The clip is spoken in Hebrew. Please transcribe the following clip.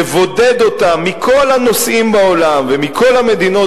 לבודד אותה מכל הנושאים בעולם ומכל המדינות